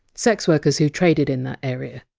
sex workers who traded in that area.